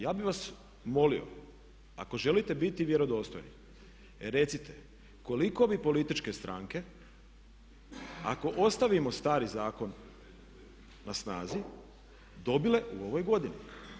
Ja bih vas molio ako želite biti vjerodostojni, recite koliko bi političke stranke ako ostavimo stari zakon na snazi dobile u ovoj godini.